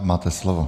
Máte slovo.